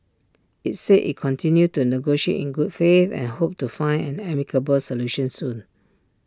IT said IT continued to negotiate in good faith and hoped to find an amicable solution soon